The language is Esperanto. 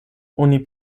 oni